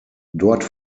dort